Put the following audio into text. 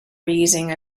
reusing